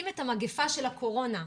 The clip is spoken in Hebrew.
המגפה של הקורונה,